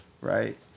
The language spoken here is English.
right